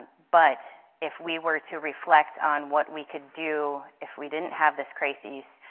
but, if we were to reflect on what we could do if we didn't have this crises,